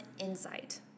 insight